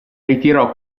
ritirò